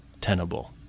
tenable